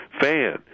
fan